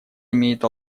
имеет